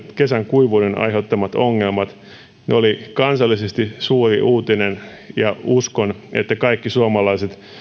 kesän kuivuuden aiheuttamat ongelmat olivat kansallisesti suuri uutinen ja uskon että kaikki suomalaiset